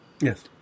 Yes